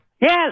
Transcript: Yes